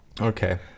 Okay